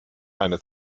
eine